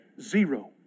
Zero